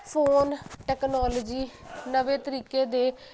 phone technology ਨਵੇਂ ਤਰੀਕੇ ਦੇ